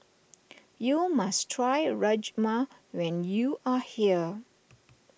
you must try Rajma when you are here